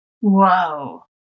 Whoa